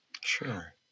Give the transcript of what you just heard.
Sure